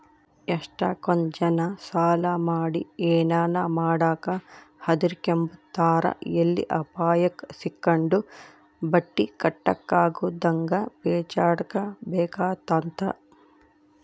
ಎಷ್ಟಕೊಂದ್ ಜನ ಸಾಲ ಮಾಡಿ ಏನನ ಮಾಡಾಕ ಹದಿರ್ಕೆಂಬ್ತಾರ ಎಲ್ಲಿ ಅಪಾಯುಕ್ ಸಿಕ್ಕಂಡು ಬಟ್ಟಿ ಕಟ್ಟಕಾಗುದಂಗ ಪೇಚಾಡ್ಬೇಕಾತ್ತಂತ